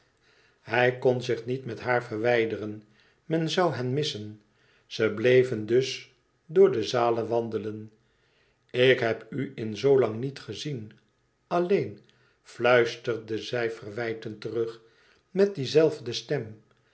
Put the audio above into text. hij kon zich niet met haar verwijderen men zoû hen missen ze bleven dus door de zalen wandelen ik heb u in zoolang niet gezien alleen fluisterde zij verwijtend terug met die zelfde stem